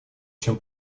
чем